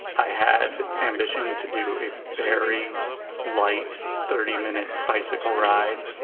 i had ambition to do a very light thirty minute bicycle ride.